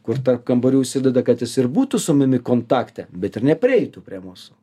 kur tarp kambarių užsideda kad jis ir būtų su mumi kontakte bet ir neprieitų prie mūsų